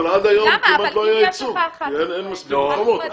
אבל עד היום כמעט לא היה ייצוג, אין מספיק מקומות.